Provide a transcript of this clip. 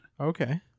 Okay